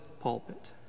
pulpit